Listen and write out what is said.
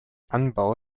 anbau